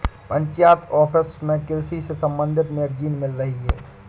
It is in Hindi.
पंचायत ऑफिस में कृषि से संबंधित मैगजीन मिल रही है